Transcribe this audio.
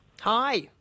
Hi